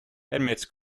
amidst